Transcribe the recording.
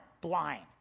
blind